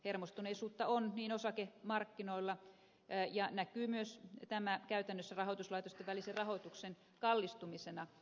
hermostuneisuutta on osakemarkkinoilla ja tämä näkyy myös käytännössä rahoituslaitosten välisen rahoituksen kallistumisena